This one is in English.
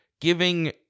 giving